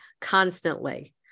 Constantly